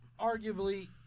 arguably